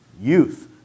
youth